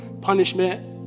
punishment